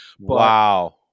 Wow